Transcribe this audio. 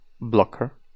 blocker